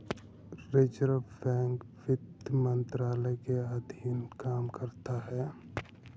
reserve bank वित्त मंत्रालय के अधीन काम करता है